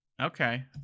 Okay